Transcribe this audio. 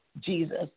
Jesus